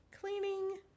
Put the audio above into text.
cleaning